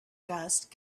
dust